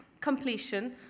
completion